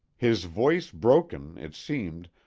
his voice broken, it seemed,